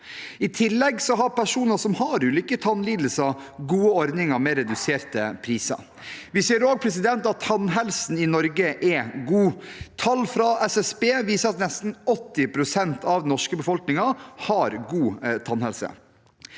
I tillegg har personer som har ulike tannlidelser, gode ordninger med reduserte priser. Vi ser også at tannhelsen i Norge er god. Tall fra SSB viser at nesten 80 pst. av den norske befolkningen har god tannhelse.